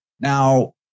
Now